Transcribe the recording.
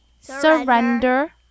surrender